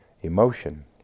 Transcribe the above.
emotion